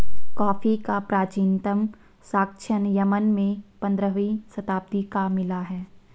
coffee का प्राचीनतम साक्ष्य यमन में पंद्रहवी शताब्दी का मिला है